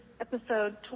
Episode